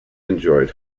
enjoyed